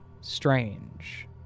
strange